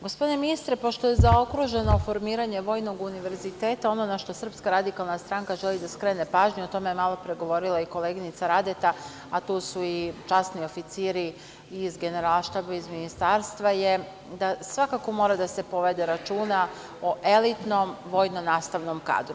Gospodine ministre, pošto je zaokruženo formiranje vojnog univerziteta, ono na šta SRS želi da skrene pažnju, a o tome je malopre govorila i koleginica Radeta, a tu su i časni oficiri iz Generalštaba, iz Ministarstva, je svakako da mora da se povede računa o elitnom vojno-nastavnom kadru.